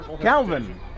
Calvin